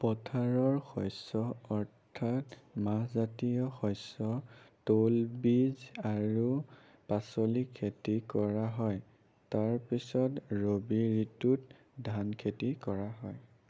পথাৰৰ শস্য অৰ্থাৎ মাহজাতীয় শস্য তৈলবীজ আৰু পাচলি খেতি কৰা হয় তাৰপিছত ৰবি ঋতুত ধান খেতি কৰা হয়